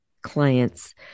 clients